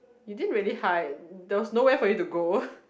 you didn't really hide there was nowhere for you to go